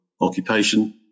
occupation